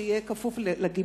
שיהיה כפוף לגמלאים?